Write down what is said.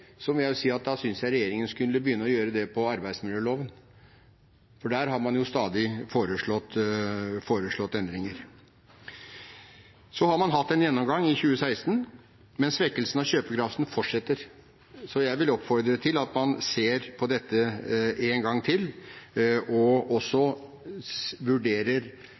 må jeg si at da synes jeg regjeringen skulle begynne å gjøre det når det gjelder arbeidsmiljøloven, for der har man stadig foreslått endringer. Man hadde en gjennomgang i 2016, men svekkelsen av kjøpekraften fortsetter. Så jeg vil oppfordre til at man ser på dette en gang til, og igjen vurderer